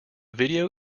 video